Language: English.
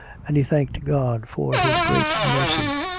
and he thanked god for his great mercy.